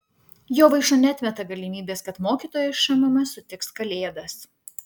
jovaiša neatmeta galimybės kad mokytojai šmm sutiks kalėdas